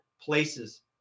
places